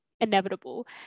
inevitable